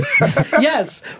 Yes